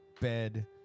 bed